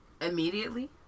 Immediately